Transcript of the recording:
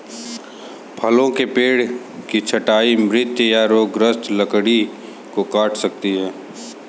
फलों के पेड़ की छंटाई मृत या रोगग्रस्त लकड़ी को हटा सकती है